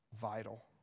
vital